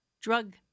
drug